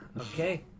Okay